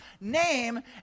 name